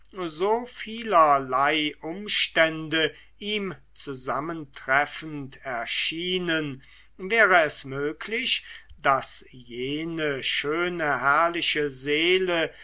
so viellerlei umstände ihm zusammentreffend erschienen wäre es möglich daß jene schöne herrliche seele